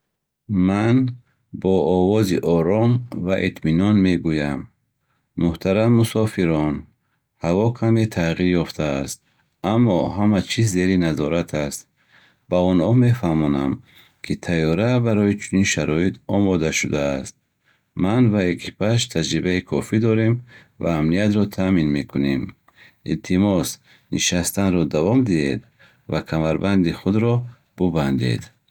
Ман бо овози ором ва итминон мегӯям. Муҳтарам мусофирон, ҳаво каме тағйир ёфтааст, аммо ҳама чиз зери назорат аст. Ба онҳо мефаҳмонам, ки тайёра барои чунин шароит омода шудааст. Ман ва экипаж таҷрибаи кофӣ дорем ва амниятро таъмин мекунем. Илтимос, нишастанро давом диҳед ва камарбанди худро бубандед.